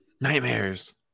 Nightmares